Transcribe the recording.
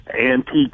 antique